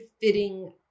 fitting